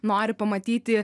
nori pamatyti